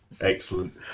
Excellent